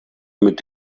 mit